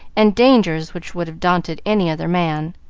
and dangers which would have daunted any other man.